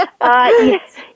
Yes